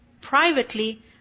Privately